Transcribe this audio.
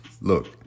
look